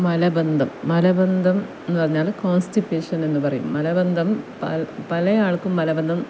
മലബന്ധം മലബന്ധം എന്ന് പറഞ്ഞാൽ കോൺസ്റ്റിപ്പേഷൻ എന്ന് പറയും മലബന്ധം പലയാൾക്കും മലബന്ധം